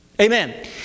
Amen